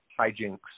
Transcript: hijinks